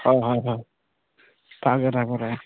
হয় হয় হয় তাকে তাকে তাকে